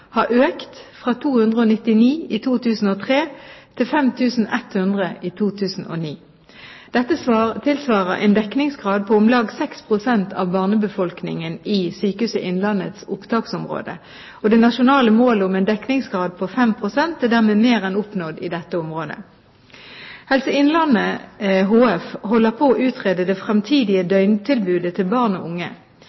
har økt fra 299 i 2003 til 5 100 i 2009. Dette tilsvarer en dekningsgrad på om lag 6 pst. av barnebefolkningen i Sykehuset Innlandets opptaksområde. Det nasjonale målet om en dekningsgrad på 5 pst. er dermed mer enn oppnådd i dette området. Helse Innlandet HF holder på å utrede det